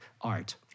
art